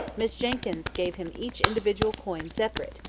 miss jenkyns gave him each individual coin separate,